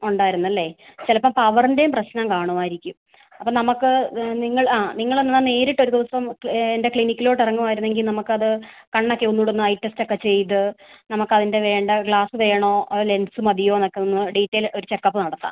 ഉണ്ടായിരുന്നല്ലേ ചിലപ്പോൾ പവറിൻ്റെയും പ്രശ്നം കാണുമായിരിക്കും അപ്പം നമ്മൾക്ക് നിങ്ങൾ ആ നിങ്ങൾ എന്നാൽ നേരിട്ട് ഒരു ദിവസം എൻ്റെ ക്ലിനിക്കിലോട്ട് ഇറങ്ങുവായിരുന്നെങ്കിൽ നമ്മൾക്കത് കണ്ണൊക്കെ ഒന്നു കൂടെ ഒന്ന് ഐ ടെസ്റ്റ് ഒക്കെ ചെയ്ത് നമുക്ക് അതിൻ്റെ വേണ്ട ഗ്ലാസ് വേണോ അതോ ലെൻസ് മതിയോ എന്നൊക്കെ ഒന്ന് ഡീറ്റെയിൽ ഒരു ചെക്കപ്പ് നടത്താം